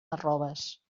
arroves